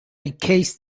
encased